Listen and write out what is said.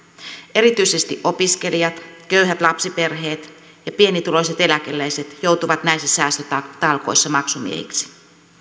erityisesti opiskelijat köyhät lapsiperheet ja pienituloiset eläkeläiset joutuvat näissä säästötalkoissa maksumiehiksi